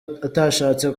utashatse